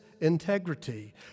integrity